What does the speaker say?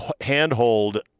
handhold